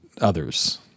others